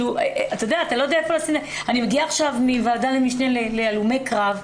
אני מגיעה עכשיו מוועדת משנה להלומי קרב,